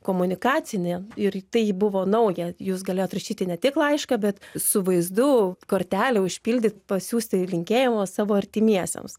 komunikacinė ir tai buvo nauja jūs galėjot rašyti ne tik laišką bet su vaizdu kortelę užpildyt pasiųsti linkėjimus savo artimiesiems